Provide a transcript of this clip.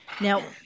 Now